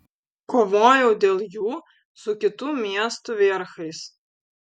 kovojau dėl jų su kitų miestų vierchais